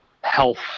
health